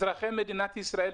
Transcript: אזרחי מדינת ישראל,